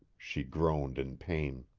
she groaned in pain.